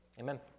Amen